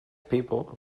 people